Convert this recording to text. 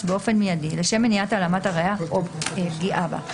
באופן מיידי לשם מניעת העלמת הראיה או פגיעה בה.